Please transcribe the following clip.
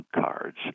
cards